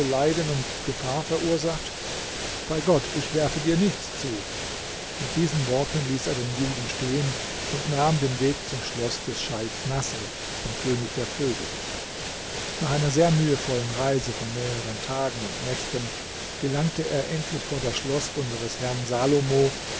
leiden und gefahr verursacht bei gott ich werfe dir nichts zu mit diesen worten ließ er den juden stehen und nahm den weg zum schloß des scheich naßr dem könig der vögel nach einer sehr mühevollen reise von mehreren tagen und nächten gelangte er endlich vor das schloß unseres herrn salomo